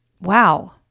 wow